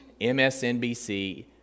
msnbc